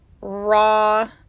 raw